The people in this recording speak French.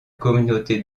communauté